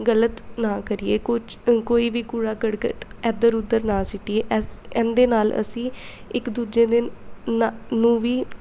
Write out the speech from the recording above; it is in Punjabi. ਗਲਤ ਨਾ ਕਰੀਏ ਕੁਛ ਅ ਕੋਈ ਵੀ ਕੂੜਾ ਕਰਕਟ ਇੱਧਰ ਉੱਧਰ ਨਾ ਸੁੱਟੀਏ ਐਸ ਇਹਦੇ ਨਾਲ ਅਸੀਂ ਇੱਕ ਦੂਜੇ ਦੇ ਨਾ ਨੂੰ ਵੀ